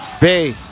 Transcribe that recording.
Bay